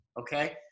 Okay